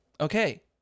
okay